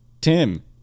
Tim